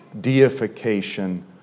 deification